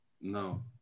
No